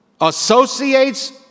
associates